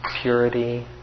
purity